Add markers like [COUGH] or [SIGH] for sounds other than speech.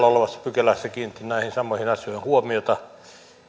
[UNINTELLIGIBLE] olevassa pykälässä kiinnitin näihin samoihin asioihin huomiota